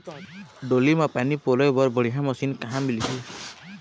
डोली म पानी पलोए बर बढ़िया मशीन कहां मिलही?